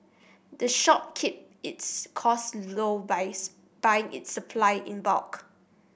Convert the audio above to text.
the shop keep its costs low buys buying it supply in bulk